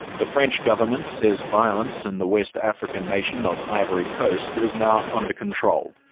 the french government says violence in the west african nation of ivory coast is now under control.